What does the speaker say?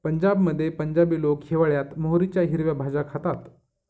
पंजाबमध्ये पंजाबी लोक हिवाळयात मोहरीच्या हिरव्या भाज्या खातात